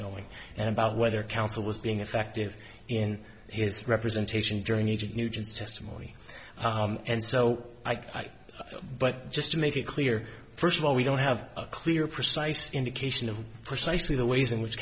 going and about whether counsel was being effective in his representation during egypt nugent's testimony and so i but just to make it clear first of all we don't have a clear precise indication of precisely the ways in which